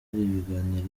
ibiganiro